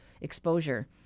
exposure